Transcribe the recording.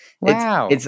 Wow